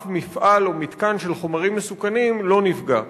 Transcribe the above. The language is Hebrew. אף מפעל או מתקן של חומרים מסוכנים לא נפגע.